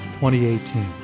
2018